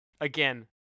again